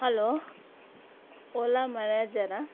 hello ola manager